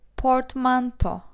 portmanto